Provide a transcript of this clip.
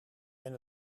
ben